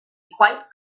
quite